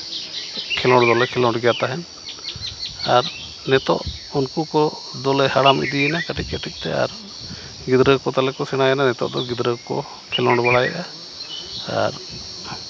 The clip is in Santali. ᱠᱷᱮᱞᱚᱸᱰ ᱫᱚᱞᱮ ᱠᱷᱮᱞᱚᱸᱰ ᱜᱮᱭᱟ ᱛᱟᱦᱮᱱ ᱟᱨ ᱱᱤᱛᱚᱜ ᱩᱱᱠᱩ ᱠᱚ ᱫᱚᱞᱮ ᱦᱟᱲᱟᱢ ᱤᱫᱤᱭᱮᱱᱟ ᱟᱨ ᱜᱤᱫᱽᱨᱟᱹ ᱠᱚ ᱛᱟᱞᱮ ᱥᱮᱬᱟᱭᱮᱱᱟ ᱱᱤᱛᱚᱜ ᱫᱚ ᱜᱤᱫᱽᱨᱟᱹ ᱠᱚ ᱠᱷᱮᱞᱚᱸᱰ ᱵᱟᱲᱟᱭᱮᱫᱟ ᱟᱨ